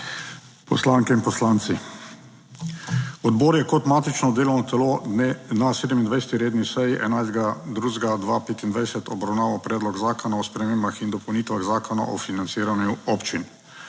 poslanke in poslanci! Odbor je kot matično delovno telo na 27. redni seji 11. 2. 2025 obravnaval Predlog zakona o spremembah in dopolnitvah Zakona o financiranju občin.